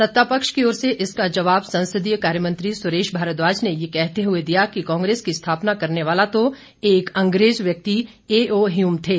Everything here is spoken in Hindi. सत्तापक्ष की ओर से इसका जबाव संसदीय कार्यमंत्री सुरेश भारद्वाज ने यह कहते हुए दिया कि कांग्रेस की स्थापना करने वाला तो एक अंग्रेज व्यक्ति एओ ह्यूम थे